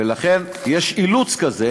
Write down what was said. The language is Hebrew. ולכן יש אילוץ כזה.